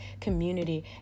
community